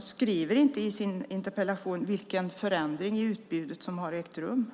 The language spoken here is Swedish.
skriver inte i sin interpellation vilken förändring i utbudet som har ägt rum.